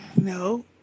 No